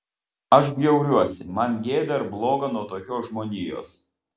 aš bjauriuosi man gėda ir bloga nuo tokios žmonijos